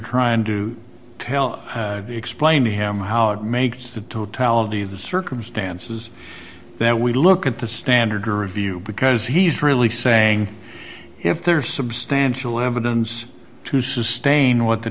trying to tell explain to him how it makes the totality of the circumstances that we look at the standard or review because he's really saying if there's substantial evidence to sustain what the